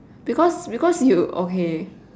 because you because you okay